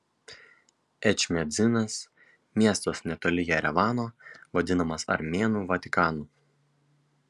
ečmiadzinas miestas netoli jerevano vadinamas armėnų vatikanu